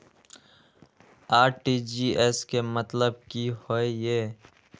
RTGS के मतलब की होय ये?